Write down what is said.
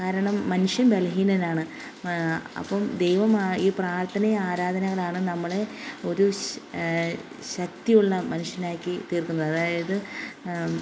കാരണം മനുഷ്യൻ ബലഹീനനാണ് അപ്പം ദൈവമാണ് ഈ പ്രാർത്ഥനയും ആരാധനയോടെയാണ് നമ്മൾ ഒരു ശക്തിയുള്ള മനുഷ്യനാക്കി തീർക്കുന്നത് അതായത്